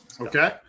okay